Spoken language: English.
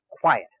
quiet